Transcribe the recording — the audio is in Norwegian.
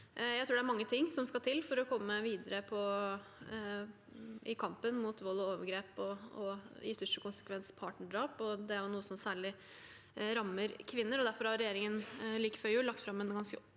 Jeg tror det er mange ting som skal til for å komme videre i kampen mot vold og overgrep, og i ytterste konsekvens partnerdrap, noe som særlig rammer kvinner. Derfor har regjeringen like før jul lagt fram en